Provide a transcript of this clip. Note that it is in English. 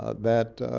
ah that